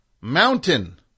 Mountain